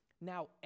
Now